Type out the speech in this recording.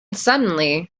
suddenly